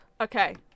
Okay